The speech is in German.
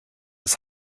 des